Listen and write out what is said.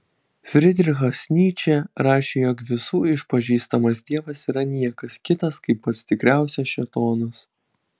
fridrichas nyčė rašė jog visų išpažįstamas dievas yra niekas kitas kaip pats tikriausias šėtonas